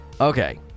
Okay